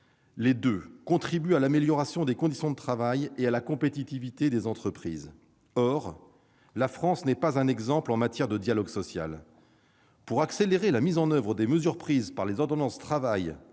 éléments contribuent à l'amélioration des conditions de travail et à la compétitivité des entreprises. Or la France n'est pas un exemple en matière de dialogue social. Pour accélérer la mise en oeuvre des mesures contenues dans les ordonnances Travail,